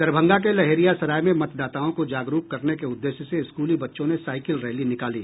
दरभंगा के लहेरियासराय में मतदाताओं को जागरूक करने के उद्देश्य से स्कूली बच्चों ने साईकिल रैली निकाली